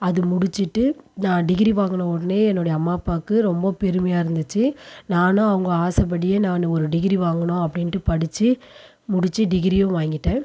அது முடிச்சுட்டு நான் டிகிரி வாங்கின உடனே என்னுடைய அம்மா அப்பாவுக்கு ரொம்ப பெருமையாக இருந்துச்சு நானும் அவங்க ஆசைப்படியே நான் ஒரு டிகிரி வாங்கணும் அப்படின்ட்டு படித்து முடித்து டிகிரியும் வாங்கிட்டேன்